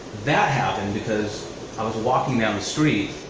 that happened because i was walking down the street,